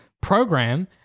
program